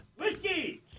Whiskey